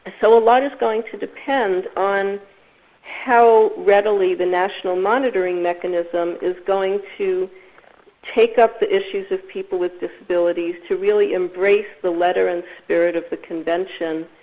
ah so a lot is going to depend on how readily the national monitoring mechanism is going to take up the issues of people with disabilities, to really embrace the letter and spirit of the convention.